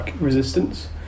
resistance